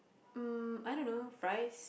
um I don't know fries